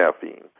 caffeine